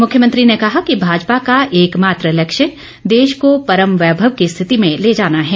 मुख्यमंत्री ने कहा कि भाजपा का एकमात्र लक्ष्य देश को परम वैभव की स्थिति में ले जाना है